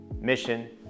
mission